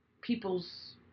People's